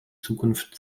zukunft